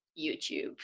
YouTube